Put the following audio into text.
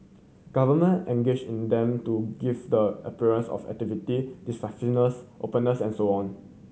government engage in them to give the appearance of activity decisiveness openness and so on